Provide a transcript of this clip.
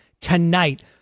tonight